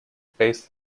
spaces